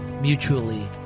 Mutually